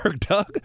Doug